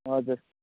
हजुर